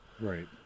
right